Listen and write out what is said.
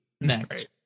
next